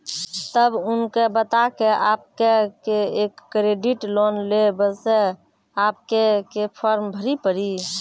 तब उनके बता के आपके के एक क्रेडिट लोन ले बसे आपके के फॉर्म भरी पड़ी?